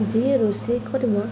ଯିଏ ରୋଷେଇ କରିବ